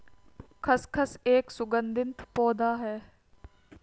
खसखस एक सुगंधित पौधा है